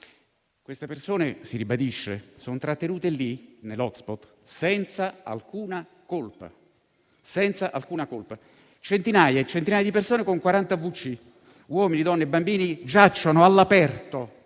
Queste persone - si ribadisce - sono trattenute nell'*hotspot* senza alcuna colpa. Centinaia di persone con 40 wc; uomini, donne e bambini giacciono all'aperto,